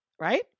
Right